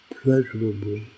pleasurable